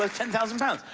like ten thousand pounds.